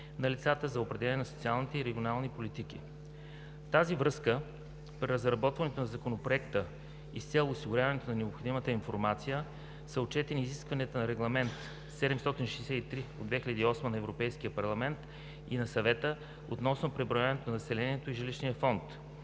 на лицата за определяне на социалните и регионалните политики. Във връзка с това при разработването на Законопроекта и с цел осигуряването на необходимата информация са отчетени изискванията на Регламент (ЕО) № 763/2008 на Европейския парламент и на Съвета относно преброяването на населението и жилищния фонд